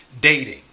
dating